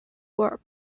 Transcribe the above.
were